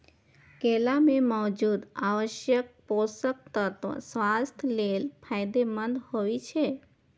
केला मे मौजूद आवश्यक पोषक तत्व स्वास्थ्य लेल फायदेमंद होइ छै